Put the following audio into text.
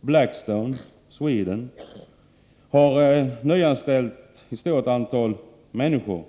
och Blackstone Sweden har nyanställt ett stort antal människor.